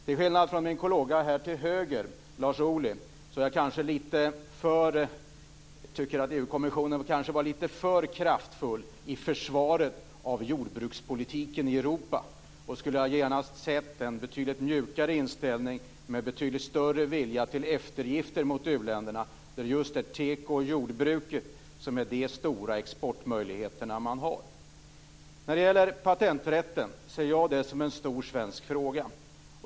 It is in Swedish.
Till skillnad från min kollega i bänken till höger om mig Lars Ohly tycker jag kanske att EG kommissionen var lite för kraftfull i sitt försvar av den europeiska jordbrukspolitiken. Jag skulle gärna har sett en väsentligt mjukare inställning med en betydligt större vilja till eftergifter mot u-länderna. För dessa är det teko och jordbruket som ger de stora exportmöjligheterna. Patenträtten ser jag som en stor svensk fråga.